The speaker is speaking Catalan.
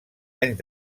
anys